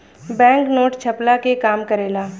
bank note छ्पला के काम करेला